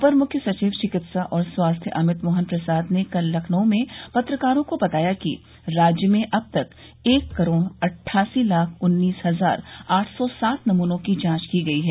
अपर मुख्य सचिव चिकित्सा और स्वास्थ्य अमित मोहन प्रसाद ने कल लखनऊ में पत्रकारों को बताया कि राज्य में अब तक एक करोड़ अट्ठासी लाख उन्नीस हजार आठ सौ सात नमूनों की जांच की गई है